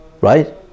right